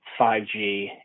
5G